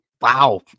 Wow